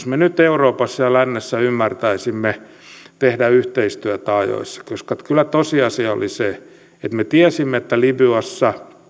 me nyt euroopassa ja lännessä ymmärtäisimme tehdä yhteistyötä ajoissa koska kyllä tosiasia oli se että me tiesimme että libyassa